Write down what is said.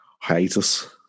hiatus